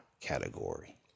category